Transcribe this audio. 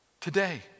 today